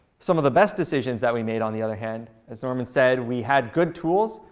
some of the best decisions that we made, on the other hand, as norman said, we had good tools,